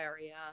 area